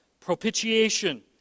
Propitiation